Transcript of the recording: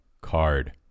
card